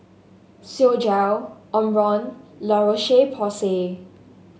Physiogel Omron La Roche Porsay